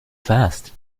fast